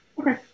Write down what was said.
Okay